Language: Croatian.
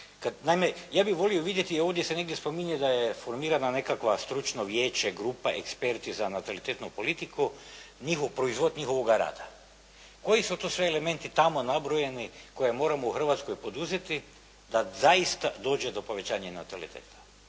ja bih volio vidjeti ovdje se negdje spominje da je formirano nekakvo stručno vijeće, grupa, eksperti za natalitetnu politiku, njihov proizvod njihovoga rada. Koji su sve elementi tamo nabrojeni koje moramo u Hrvatskoj poduzeti da zaista dođe do povećanja nataliteta.